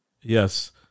yes